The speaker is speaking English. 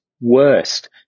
worst